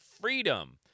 freedom